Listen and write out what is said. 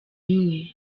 imwe